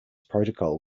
protocol